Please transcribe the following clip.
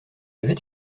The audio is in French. avait